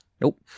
Nope